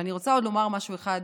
אני רוצה לומר עוד משהו אחד.